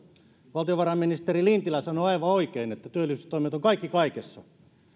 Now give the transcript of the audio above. valtiovarainministeri lintilä sanoi aivan oikein että työllisyystoimet ovat kaikki kaikessa